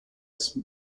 its